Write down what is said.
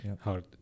hard